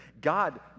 God